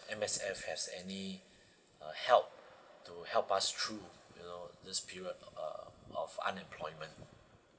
M_S_F has any uh help to help us through you know this period uh of unemployment